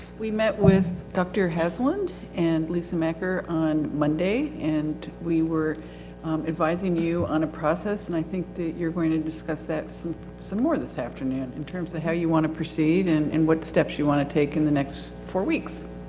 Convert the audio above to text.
we met with dr. haslund and lisa macker on monday and we were advising you on the process and i think that you're going to discuss that some, some more this afternoon in terms of how you want to proceed and, and what steps you want to take in the next four weeks.